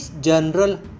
General